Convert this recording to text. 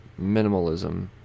Minimalism